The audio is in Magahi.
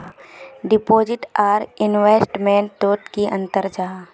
डिपोजिट आर इन्वेस्टमेंट तोत की अंतर जाहा?